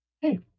hey